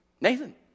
Nathan